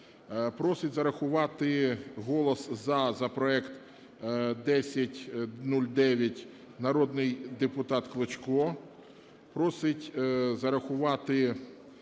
Просить зарахувати голос "за" за проект 1009 народний депутат Клочко,